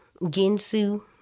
Ginsu